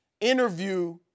interview